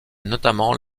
notamment